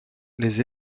les